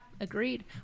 agreed